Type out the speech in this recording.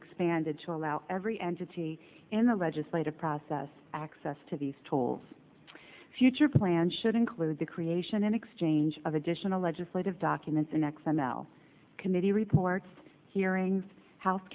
expanded to allow every entity in the legislative process access to these tolls future plans should include the creation in exchange of additional legislative documents in x m l committee reports hearings house